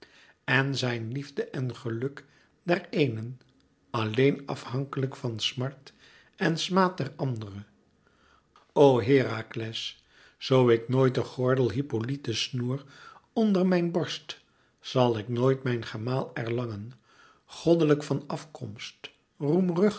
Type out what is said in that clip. en zijn liefde en geluk der éene alleen afhankelijk van smart en smaad der andere o herakles zoo ik nooit den gordel hippolyte's snoer onder mijn borst zal ik nooit mijn gemaal erlangen goddelijk van afkomst